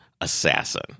assassin